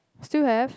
still have